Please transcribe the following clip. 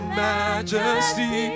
majesty